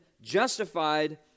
justified